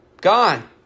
Gone